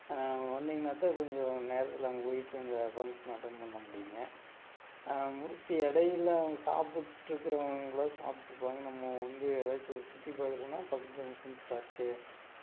வந்திங்கனாத்தான் கொஞ்சம் நேரத்தில் அங்கே போயிட்டு அந்த ஃபங்க்ஷனை அட்டென் பண்ண முடியுங்க முடித்துட்டு இடையில அவங்க சாப்பிட்டு இருக்கிறவங்களாம் சாப்பிட்டுருப்பாங்க நம்ம வந்து எதாச்சும் சுற்றிப் பார்க்குறதுனா பக்கத்தில் எதாச்சும் பார்க்கு